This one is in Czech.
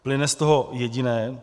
Plyne z toho jediné.